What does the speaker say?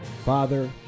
Father